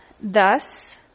thus